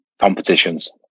competitions